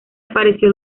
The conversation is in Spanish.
apareció